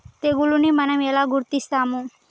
తెగులుని మనం ఎలా గుర్తిస్తాము?